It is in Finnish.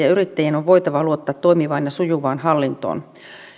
ja yrittäjien on voitava luottaa toimivaan ja sujuvaan hallintoon